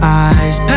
eyes